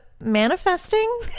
manifesting